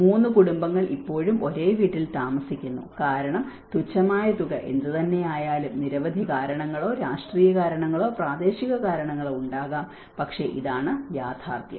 മൂന്ന് കുടുംബങ്ങൾ ഇപ്പോഴും ഒരേ വീട്ടിൽ താമസിക്കുന്നു കാരണം തുച്ഛമായ തുക എന്തുതന്നെയായാലും നിരവധി കാരണങ്ങളോ രാഷ്ട്രീയ കാരണങ്ങളോ പ്രാദേശിക കാരണങ്ങളോ ഉണ്ടാകാം പക്ഷേ ഇതാണ് യാഥാർത്ഥ്യം